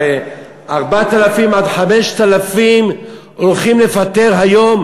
הרי 4,000 5,000 הולכים לפטר היום,